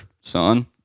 son